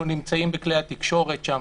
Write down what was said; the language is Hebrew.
אנחנו נמצאים בכלי התקשורת שם,